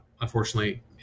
unfortunately